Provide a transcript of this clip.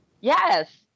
yes